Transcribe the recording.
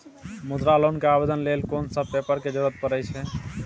मुद्रा लोन के आवेदन लेल कोन सब पेपर के जरूरत परै छै?